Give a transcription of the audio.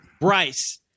Bryce